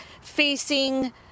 facing